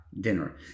dinner